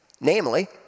Namely